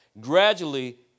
gradually